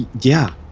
yeah.